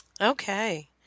Okay